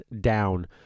down